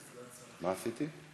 מה עשיתי?